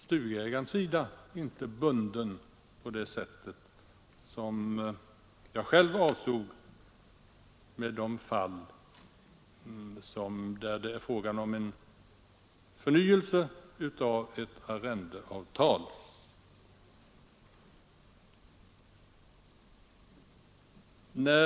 Stugägaren är där inte bunden på samma sätt som när det är fråga om en förnyelse av ett arrendeavtal, vilket jag avsåg.